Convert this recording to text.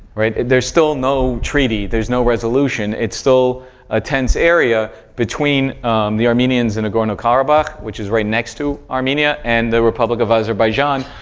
right? there's still no treaty. there is no resolution. it's still a tense area between the armenians and nagorno-karabakh, which is right next to armenia and the republic of azerbaijan.